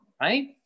right